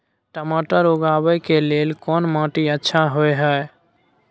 टमाटर उगाबै के लेल कोन माटी अच्छा होय है?